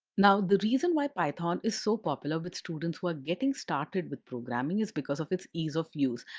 now, the reason why python is so popular with students who are getting started with programming is because of its ease of use.